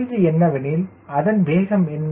கேள்வி என்னவெனில் அதன் வேகம் என்ன